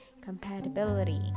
compatibility